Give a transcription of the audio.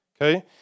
Okay